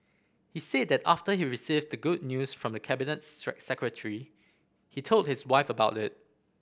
he said that after he received the good news from the Cabinet Secretary he told his wife about it